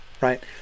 right